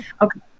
Okay